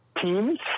teams